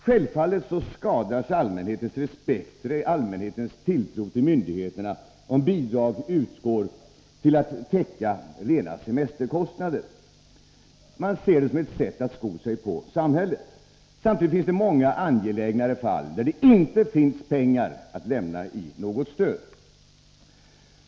Självfallet skadas allmänhetens respekt för och tilltro till myndigheterna, om bidrag utgår till att täcka rena semesterkostnader. Man ser det som ett sätt att sko sig på samhället. Samtidigt finns det många angelägnare fall, där det inte finns medel till stöd.